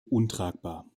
untragbar